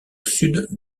sud